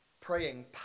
praying